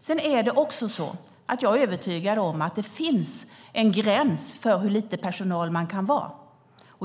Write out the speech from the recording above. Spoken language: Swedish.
Sedan är det också så att jag är övertygad om att det finns en gräns för hur lite personal man kan vara.